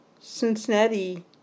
Cincinnati